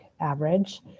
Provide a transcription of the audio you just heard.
average